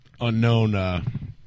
Unknown